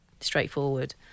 straightforward